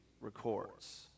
records